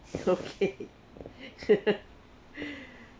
it's okay